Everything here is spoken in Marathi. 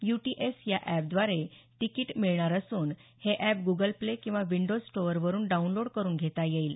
यू टी एस या अॅपद्वारे तिकीट मिळणार असून हे अॅप ग्गल प्ले किंवा विंडोज स्टोअरवरुन डाऊनलोड करून घेता येईल